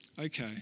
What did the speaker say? okay